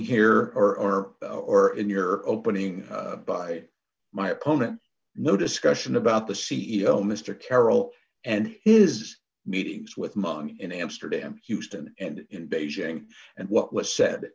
here or or in your opening by my opponent no discussion about the c e o mr carroll and his meetings with money in amsterdam houston and in beijing and what was said